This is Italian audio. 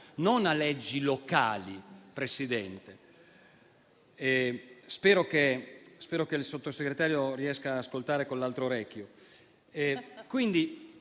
non a leggi locali, Presidente. Spero che il Sottosegretario riesca ad ascoltare con l'altro orecchio.